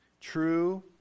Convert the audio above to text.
True